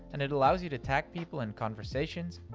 and it allows you to tag people in conversations,